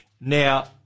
Now